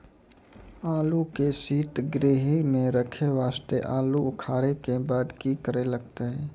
आलू के सीतगृह मे रखे वास्ते आलू उखारे के बाद की करे लगतै?